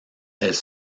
elle